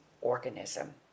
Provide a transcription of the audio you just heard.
organism